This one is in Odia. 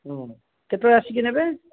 ହୁଁ କେତେବେଳେ ଆସିକି ନେବେ